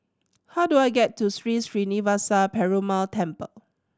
how do I get to Sri Srinivasa Perumal Temple